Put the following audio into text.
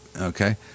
okay